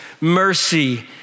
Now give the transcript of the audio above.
mercy